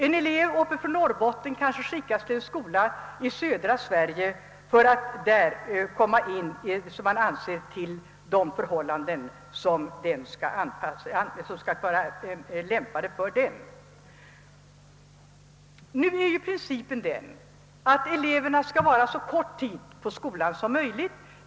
En elev från Norrbotten kanske skickas till en skola i södra Sverige för att komma in i förhållanden som anses bäst lämpade för honom. Principen är ju att eleverna skall vara så kort tid på skolan som möjligt.